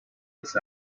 this